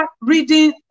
reading